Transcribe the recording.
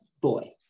boy